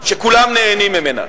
שכולם נהנים ממנה,